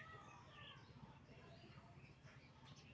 यन्ने आढ़ो तरह कार लोनक बताल जाबा सखछे